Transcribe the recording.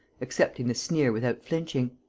accepting the sneer without flinching.